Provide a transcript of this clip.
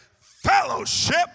Fellowship